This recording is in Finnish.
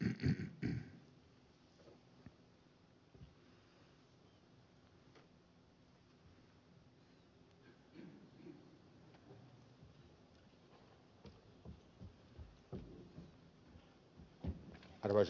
arvoisa herra puhemies